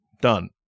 done